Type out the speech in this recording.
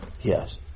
Yes